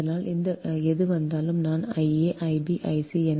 அதனால் எது வந்தாலும் நான் I a I b I c